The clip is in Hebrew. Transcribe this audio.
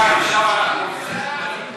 ביטול החוק), התשע"ז 2017, לוועדת הכלכלה נתקבלה.